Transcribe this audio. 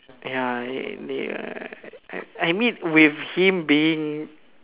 ya uh I mean with him being